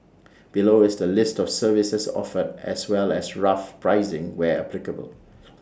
below is the list of services offered as well as rough pricing where applicable